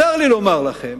צר לי לומר לכם,